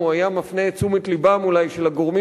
היה מפנה אולי את תשומת לבם של הגורמים